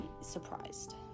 surprised